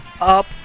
up